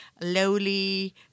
lowly